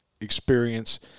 experience